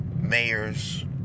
mayors